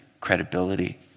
credibility